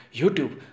youtube